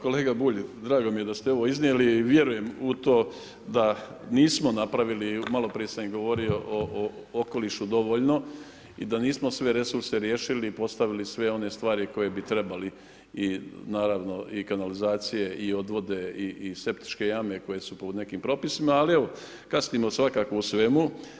Kolega Bulj, drago mi je da ste ovo iznijeli, vjerujem u to da nismo napravili, maloprije sam i govorio o okolišu dovoljni da nismo sve resurse riješili, postavili sve one stvari koje bi trebali i naravno i kanalizacije i odvode i septičke jame koje su po nekim propisima ali evo, kasnimo svakako u svemu.